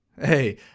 Hey